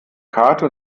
karte